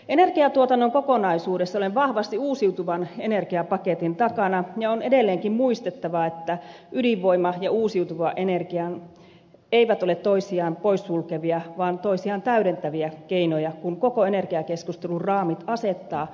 energiatuotannon kokonaisuudessa olen vahvasti uusiutuvan energiapaketin takana ja on edelleenkin muistettava että ydinvoima ja uusiutuva energia eivät ole toisiaan poissulkevia vaan toisiaan täydentäviä keinoja kun koko energiakeskustelun raamit asettavat ilmastotavoitteet